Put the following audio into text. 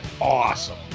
awesome